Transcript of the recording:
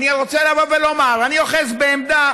אני רוצה לבוא ולומר, אני אוחז בעמדה